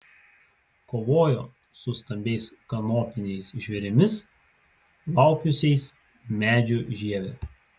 kovojo su stambiais kanopiniais žvėrimis laupiusiais medžių žievę